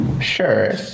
Sure